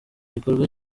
gikorwa